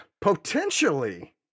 potentially